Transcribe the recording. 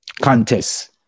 Contests